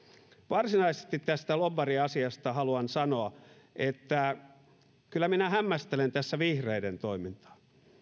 varsinaisesti tästä lobbariasiasta haluan sanoa että kyllä minä hämmästelen tässä vihreiden toimintaa